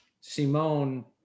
Simone